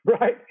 right